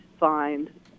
find